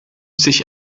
sich